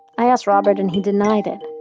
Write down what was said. i asked robert and he denied it.